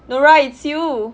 nora it's you